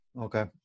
Okay